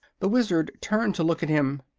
the wizard turned to look at him.